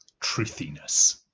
truthiness